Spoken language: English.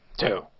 Two